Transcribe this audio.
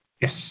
Yes